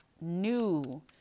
new